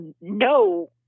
no